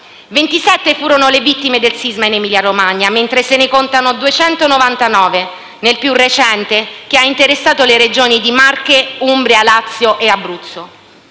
furono le vittime del sisma in Emilia-Romagna mentre se ne contano 299 nel più recente, che ha interessato le Regioni Marche, Umbria, Lazio e Abruzzo.